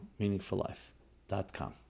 MeaningfulLife.com